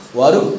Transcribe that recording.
waru